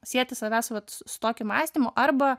sieti savęs vat s su tokiu mąstymu arba